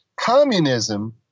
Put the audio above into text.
Communism